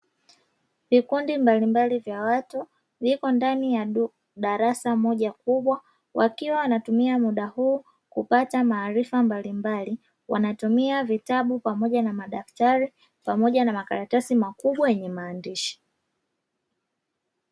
Vikundi mbalimbali vya watu vipo ndani ya darasa moja kubwa, wakiwa wanatumia muda huu kupata maarifa mbalimbali. Wanatumia vitabu pamoja na madaftari, pamoja na makaratasi makubwa yenye maandishi.